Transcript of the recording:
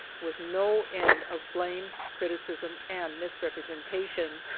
with no end of blame, criticism, and misrepresentation.